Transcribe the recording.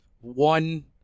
One